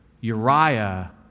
Uriah